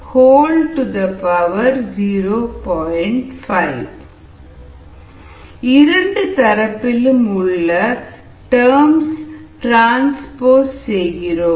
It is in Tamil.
5 இரண்டு தரப்பிலும் உள்ள டர்மகளை டிரான்ஸ்போஸ் செய்கிறோம்